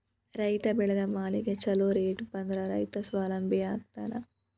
ರೈತ ಬೆಳೆದ ಮಾಲಿಗೆ ಛೊಲೊ ರೇಟ್ ಬಂದ್ರ ರೈತ ಸ್ವಾವಲಂಬಿ ಆಗ್ತಾನ